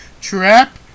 Trap